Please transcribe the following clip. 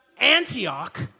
Antioch